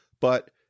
But-